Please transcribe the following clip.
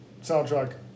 soundtrack